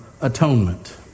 atonement